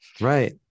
Right